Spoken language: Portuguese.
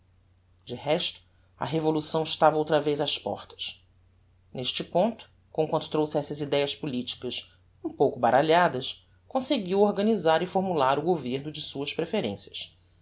de resto a revolução estava outra vez ás portas neste ponto comquanto trouxesse as idéas politicas um pouco baralhadas consegui organisar e formular o governo de suas preferencias